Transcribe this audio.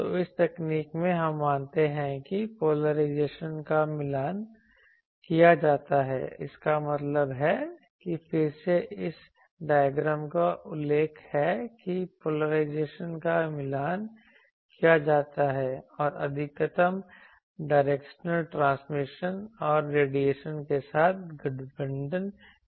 तो इस तकनीक में हम मानते हैं कि पोलराइजेशन का मिलान किया जाता है इसका मतलब है कि फिर से इस डायग्राम का उल्लेख है कि पोलराइजेशन का मिलान किया जाता है और अधिकतम डायरेक्शनल ट्रांसमिशन और रेडिएशन के साथ गठबंधन किया जाता है